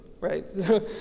right